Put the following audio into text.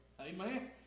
Amen